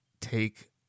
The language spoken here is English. take